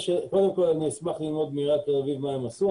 קודם כל אני אשמח ללמוד מעיריית תל אביב מה הם עשו.